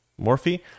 Morphe